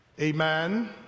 Amen